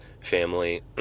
family